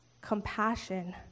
compassion